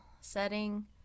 setting